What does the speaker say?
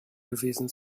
gewesen